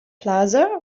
plaza